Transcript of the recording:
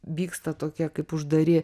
vyksta tokie kaip uždari